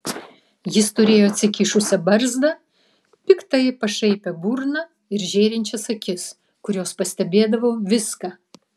jis turėjo atsikišusią barzdą piktai pašaipią burną ir žėrinčias akis kurios pastebėdavo viską